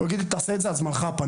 הוא יגיד לי תעשה את זה על זמנך הפנוי?